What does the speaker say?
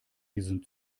diesen